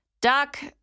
Duck